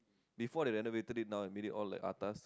before they renovated it now and made it all like atas